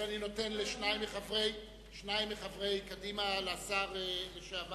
אני נותן לשניים מחברי קדימה, לשר לשעבר,